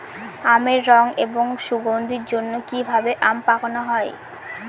আমের রং এবং সুগন্ধির জন্য কি ভাবে আম পাকানো হয়?